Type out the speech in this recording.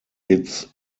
its